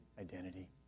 identity